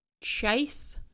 chase